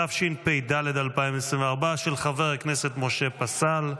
התשפ"ד 2024, של חבר הכנסת משה פסל,